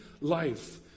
life